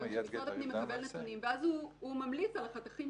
מכיוון שמשרד הפנים מקבל נתונים ואז הוא ממליץ על החתכים.